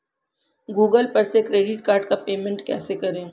Google पर से credit card का पेमेंट कैसे करें?